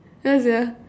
ya sia